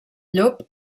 llop